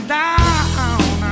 down